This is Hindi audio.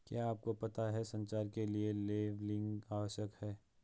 क्या आपको पता है संचार के लिए लेबलिंग आवश्यक है?